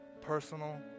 personal